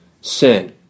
sin